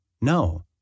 No